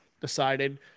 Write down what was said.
decided